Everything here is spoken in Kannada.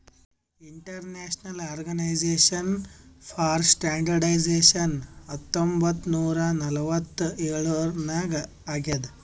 ಇಂಟರ್ನ್ಯಾಷನಲ್ ಆರ್ಗನೈಜೇಷನ್ ಫಾರ್ ಸ್ಟ್ಯಾಂಡರ್ಡ್ಐಜೇಷನ್ ಹತ್ತೊಂಬತ್ ನೂರಾ ನಲ್ವತ್ತ್ ಎಳುರ್ನಾಗ್ ಆಗ್ಯಾದ್